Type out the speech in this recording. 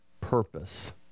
purpose